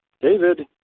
David